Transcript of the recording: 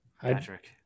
Patrick